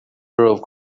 grove